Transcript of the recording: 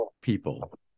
people